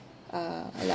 uh allowance